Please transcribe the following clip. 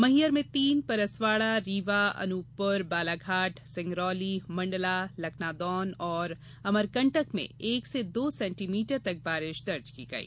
मैहर में तीन परसवाड़ा रीवा अनुपपुर बालाघाट सिंगरौली मण्डला लखनादौन अमरकंटक में एक से दो सेंटीमीटर तक बारिश दर्ज की गई